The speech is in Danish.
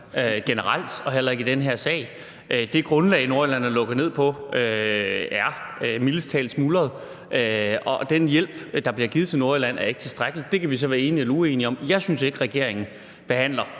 og heller ikke i den her sag. Det grundlag, Nordjylland er lukket ned på, er mildest talt smuldret, og den hjælp, der bliver givet til Nordjylland, er ikke tilstrækkelig. Det kan vi så være enige eller uenige om. Jeg synes ikke, regeringen behandler